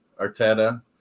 Arteta